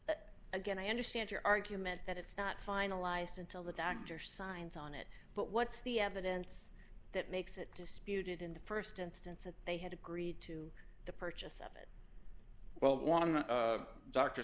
that again i understand your argument that it's not finalized until the doctor signs on it but what's the evidence that makes it disputed in the st instance that they had agreed to the purchase of it well one